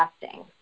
testing